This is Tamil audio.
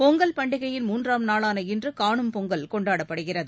பொங்கல் பண்டிகையின் மூன்றாம் நாளான இன்று கானும் பொங்கல் கொண்டாடப்படுகிறது